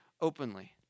Openly